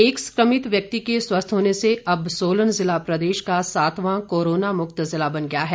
एक संक्रमित व्यक्ति के स्वस्थ होने से अब सोलन जिला प्रदेश का सातवां कोरोना मुक्त जिला बन गया है